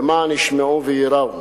למען ישמעו וייראו.